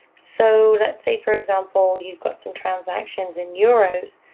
so let's say, for example, you've got some transaction in euros.